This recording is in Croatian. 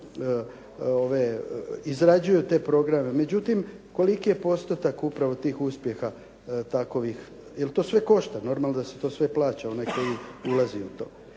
izrađuju te programe. Međutim, koliki je postotak upravo tih uspjeha, takovih? Jel' to sve košta, normalno da se to sve plaća, onaj koji ulazi u to.